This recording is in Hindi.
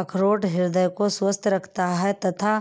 अखरोट हृदय को स्वस्थ रखता है तथा